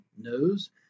knows